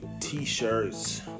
T-shirts